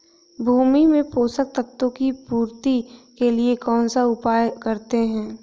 भूमि में पोषक तत्वों की पूर्ति के लिए कौनसा उपाय करते हैं?